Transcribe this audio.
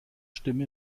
stimme